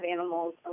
animals